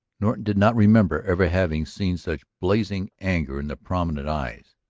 norton did not remember ever having seen such blazing anger in the prominent eyes.